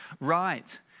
right